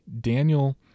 Daniel